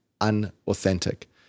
unauthentic